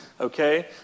okay